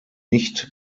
nicht